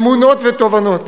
אמונות ותובנות,